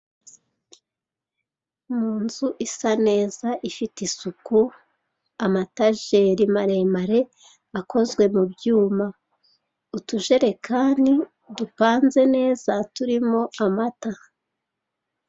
Mu nzu isaneza ifite isuku amatajeri maremare akozwe mu byuma utujerekani dupanze neza turimo amata.